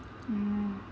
mm